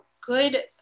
good